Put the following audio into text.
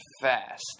fast